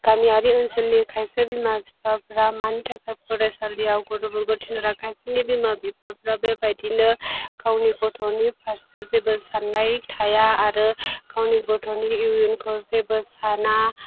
गामियारि ओनसोलनि खायसे बिमा बिफाफ्रा मानि थाखाय फरायसलियाव गथ'फोरखौ थिनहरा खायसेनि बिमा बिफाफ्रा बेबायदिनो गावनि गथ'नि फारसे जेबो साननाय थाया आरो गावनि गथ'नि इयुनखौ जेबो साना